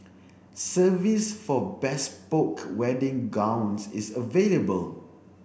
service for bespoke wedding gowns is available